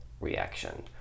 reaction